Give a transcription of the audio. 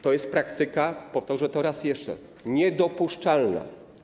To jest praktyka, powtórzę to raz jeszcze, niedopuszczalna.